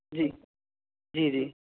جی جی جی